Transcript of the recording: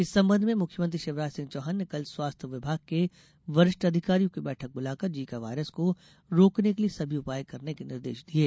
इस संबंध में मुख्यमंत्री शिवराज सिंह चौहान ने कल स्वास्थ्य विभाग के वरिष्ठ अधिकारियों की बैठक बुलाकर जीका वायरस को रोकने के लिये सभी उपाय करने के निर्देश दिये